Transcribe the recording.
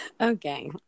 Okay